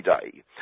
Day